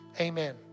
amen